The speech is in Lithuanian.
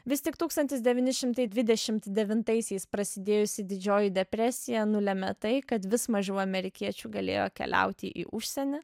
vis tik tūkstantis devyni šimtai dvidešimt devintaisiais prasidėjusi didžioji depresija nulemia tai kad vis mažiau amerikiečių galėjo keliauti į užsienį